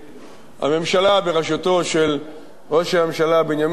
הממשלה בראשותו של ראש הממשלה בנימין נתניהו,